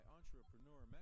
Entrepreneur